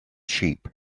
sheep